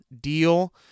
deal